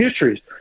histories